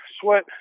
sweat